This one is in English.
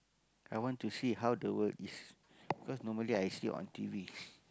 I want to see how the world is cause normally I see on t_v